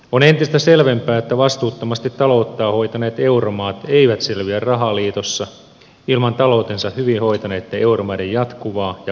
on entistä selvempää että vastuuttomasti talouttaan hoitaneet euromaat eivät selviä rahaliitossa ilman taloutensa hyvin hoitaneitten euromaiden jatkuvaa ja kasvavaa tukea